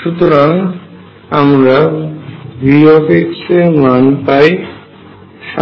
সুতরাং আমরা V এর মান পাই